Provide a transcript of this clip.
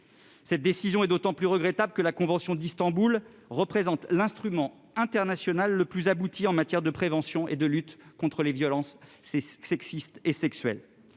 Cette décision est d'autant plus regrettable que la convention d'Istanbul représente l'instrument international le plus abouti en matière de prévention et de lutte contre les violences sexistes et sexuelles